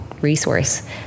resource